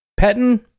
Petten